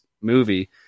movie